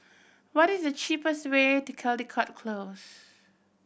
what is the cheapest way to Caldecott Close